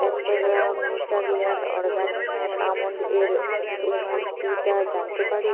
একশো গ্রাম Natureland Organics আমন্ডের এম আর পিটা জানতে পারি